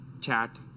chat